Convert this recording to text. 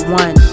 one